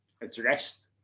addressed